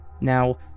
Now